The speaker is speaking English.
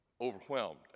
overwhelmed